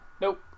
Nope